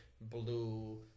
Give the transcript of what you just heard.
blue